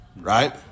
right